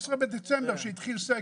ה-15 בדצמבר, שבו התחיל האומיקרון.